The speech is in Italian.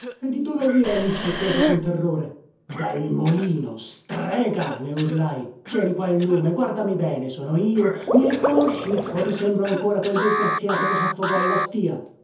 di dove vieni mi chiese con terrore dal molino strega le urlai tieni qua il lume guardami bene sono io mi riconosci o ti sembro ancora quel disgraziato che saffogò alla stìa